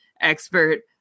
expert